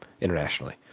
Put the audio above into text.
internationally